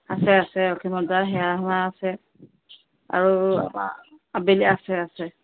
আছে আছে অসীমত যাৰ হেৰাল সীমা আছে আৰু আবেলি আছে আছে